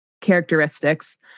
characteristics